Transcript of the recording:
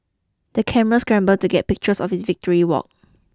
the camera scramble to get pictures of his victory walk